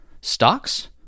Stocks